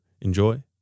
enjoy